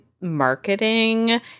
marketing